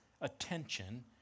attention